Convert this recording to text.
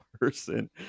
person